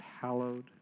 hallowed